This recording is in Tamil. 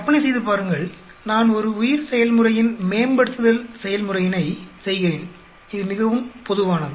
கற்பனை செய்து பாருங்கள் நான் ஒரு உயிர்செயல்முறையின் மேம்படுத்துதல் செயல்முறையினை செய்கிறேன் இது மிகவும் பொதுவானது